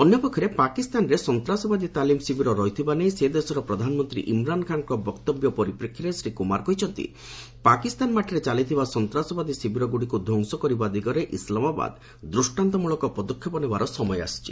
ଅନ୍ୟ ପକ୍ଷରେ ପାକିସ୍ତାନରେ ସନ୍ତାସବାଦୀ ତାଲିମ୍ ଶିବିର ରହିଥିବା ନେଇ ସେ ଦେଶର ପ୍ରଧାନମନ୍ତ୍ରୀ ଇମ୍ରାନ୍ ଖାନ୍ଙ୍କ ବକ୍ତବ୍ୟ ପରିପ୍ରେକ୍ଷୀରେ ଶ୍ରୀ କୁମାର କହିଛନ୍ତି ପାକିସ୍ତାନ ମାଟିରେ ଚାଲିଥିବା ସନ୍ତାସବାଦୀ ଶିବିରଗୁଡ଼ିକୁ ଧ୍ୱଂସ କରିବା ଦିଗରେ ଇସଲାମାବାଦ ଦୂଷ୍ଟାନ୍ତ ମୂଳକ ପଦକ୍ଷେପ ନେବାର ସମୟ ଆସିଛି